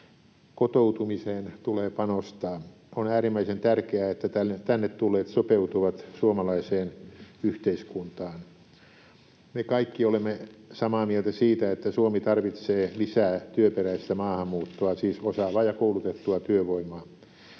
Kotoutumiseen tulee panostaa. On äärimmäisen tärkeää, että tänne tulleet sopeutuvat suomalaiseen yhteiskuntaan. Me kaikki olemme samaa mieltä siitä, että Suomi tarvitsee lisää työperäistä maahanmuuttoa, siis osaavaa ja koulutettua työvoimaa.